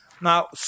Now